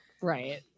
Right